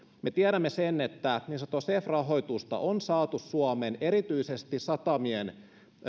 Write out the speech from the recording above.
me tiedämme että niin sanottua cef rahoitusta on saatu suomeen erityisesti satamien